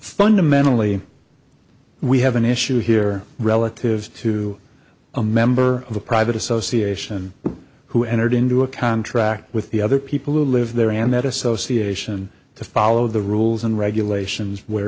fundamentally we have an issue here relative to a member of a private association who entered into a contract with the other people who live there and that association to follow the rules and regulations where